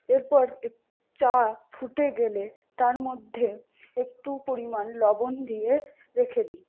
এরপর চা ফুটে গেলে তার মধ্যে একটু পরিমাণ লবণ দিয়ে রেখে দিই